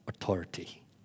authority